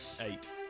Eight